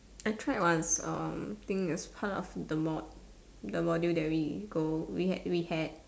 I tried once um think is part of the mod~ the module that we go we had we had